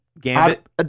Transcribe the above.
Gambit